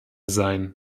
sein